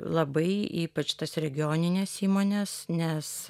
labai ypač tas regionines įmones nes